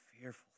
fearful